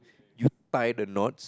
you tie the knots